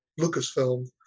Lucasfilm